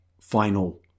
final